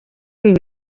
ibi